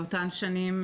באותן שנים,